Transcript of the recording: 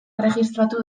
erregistratu